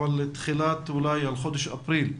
בחודש אפריל,